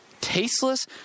tasteless